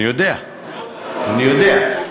אני יודע, אני יודע.